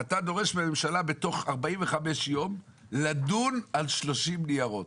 ואתה דורש מהממשלה בתוך 45 יום לדון על 30 ניירות.